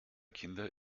kinder